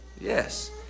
Yes